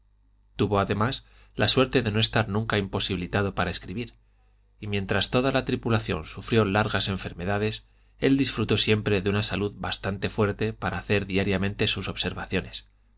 tuvo además la suerte de no estar nunca imposibilitado para escribir y mientras toda la tripulación sufrió largas enfermedades él disfrutó siempre de una salud bastante fuerte para hacer diariamente sus observaciones